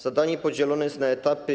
Zadanie podzielone jest na etapy.